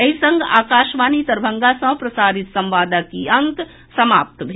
एहि संग आकाशवाणी दरभंगा सँ प्रसारित संवादक ई अंक समाप्त भेल